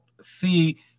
see